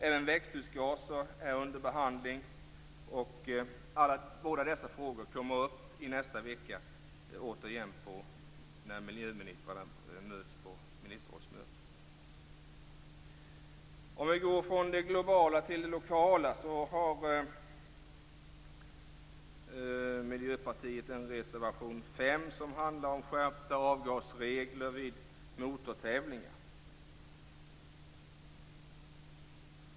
Även växthusgaser är under behandling. Båda dessa frågor kommer upp nästa vecka när miljöministrarna möts på ministerrådsmötet. Jag går så från det globala till det lokala. Miljöpartiet har en reservation nr 5 som handlar om skärpta avgasregler vid motortävlingar.